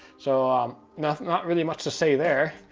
so um not not really much to say there.